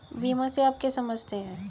बीमा से आप क्या समझते हैं?